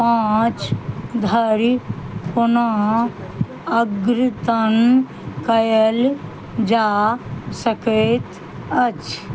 पाँच धरि पुनः अद्यतन कयल जा सकैत अछि